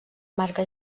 marca